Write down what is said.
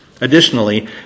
Additionally